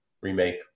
remake